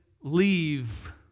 leave